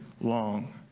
long